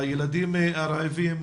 לילדים הרעבים.